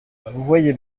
voyez